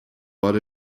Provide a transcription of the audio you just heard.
but